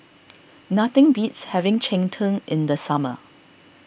nothing beats having Cheng Tng in the summer